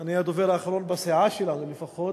שאני הדובר האחרון, בסיעה שלנו לפחות.